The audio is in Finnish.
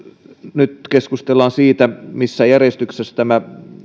nyt keskustellaan siitä missä järjestyksessä tämä